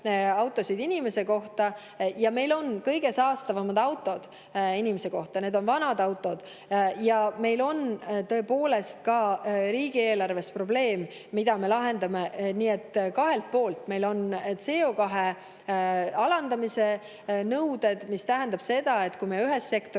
autosid inimese kohta, ja meil on kõige saastavamad autod, need on vanad autod. Meil on tõepoolest ka riigieelarvega probleem, mida me nüüd lahendame. Nii et siin on kaks poolt. Meil on ka CO2alandamise nõuded, mis tähendab seda, et kui me ühes sektoris